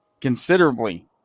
considerably